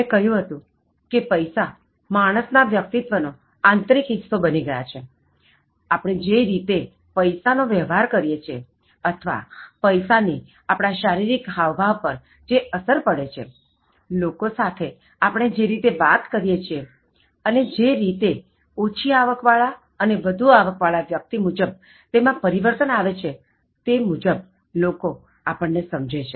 મેં કહ્યું હતું કે પૈસા માણસના વ્યક્તિત્ત્વ નો આંતરિક હિસ્સો બની ગયા છે આપણે જે રીતે પૈસા નો વ્યવહાર કરીએ છીએ અથવા પૈસા ની આપણા શારિરિક હાવભાવ પર જે અસર પડે છે લોકો સાથે આપણે જે રીતે વાત કરીએ છીએ અને જે રીતે ઓછી આવકવાળા અને વધુ આવક વાળા વ્યક્તિ મુજબ તેમાં પરિવર્તન આવે છે તે મુજબ લોકો આપણને સમજે છે